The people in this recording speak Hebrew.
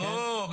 ברור,